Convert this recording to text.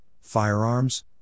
Firearms